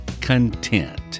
content